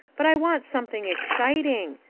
but i want something exciting.